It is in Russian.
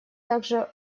также